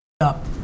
up